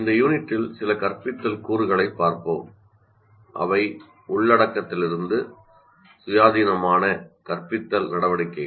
இந்த யூனிட்டில் சில கற்பித்தல் கூறுகளைப் பார்ப்போம் அவை உள்ளடக்கத்திலிருந்து சுயாதீனமான கற்பித்தல் நடவடிக்கைகள்